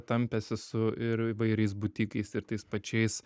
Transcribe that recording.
tampėsi su ir įvairiais butikais ir tais pačiais